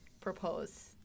propose